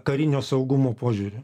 karinio saugumo požiūriu